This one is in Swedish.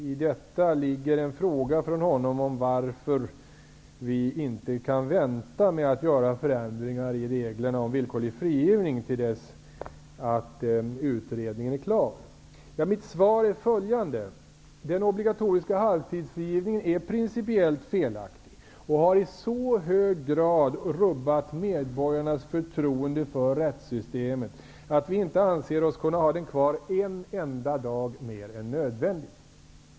I detta ligger en fråga från honom om varför vi inte kan vänta med att göra förändringar i reglerna om villkorlig frigivning till dess att nämnda utredning är klar. Mitt svar är följande: Den obligatoriska halvtidsfrigivningen är principiellt felaktig och har i så hög grad rubbat medborgarnas förtroende för rättssystemet att vi inte anser oss kunna ha den kvar en enda dag mer än nödvändigt.